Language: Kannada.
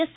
ಎಸ್